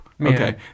okay